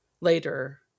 later